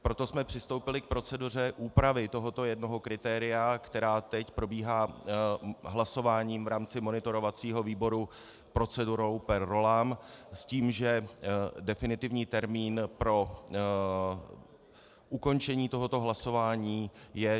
Proto jsme přistoupili k proceduře úpravy tohoto jednoho kritéria, která teď probíhá hlasováním v rámci monitorovacího výboru procedurou per rollam s tím, že definitivní termín pro ukončení tohoto hlasování je 24. dubna.